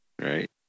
Right